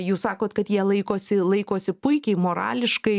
jūs sakot kad jie laikosi laikosi puikiai morališkai